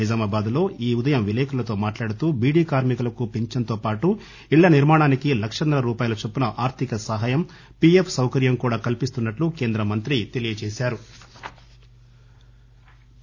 నిజామాబాద్ లో ఈ ఉదయం విలేకరులతో మాట్లాడుతూ బీడీ కార్మికులకు ఫించన్ తో పాటు ఇళ్ళ నిర్మాణానికి లక్షన్నర రూపాయల చొప్పున ఆర్దిక సహాయం పిఎఫ్ సౌకర్యం కూడా కల్పిస్తున్నట్లు కేంద్ర మంత్రి తెలియజేశారు